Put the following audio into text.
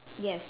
yes